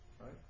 right